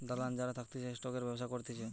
দালাল যারা থাকতিছে স্টকের ব্যবসা করতিছে